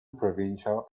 provincial